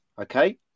okay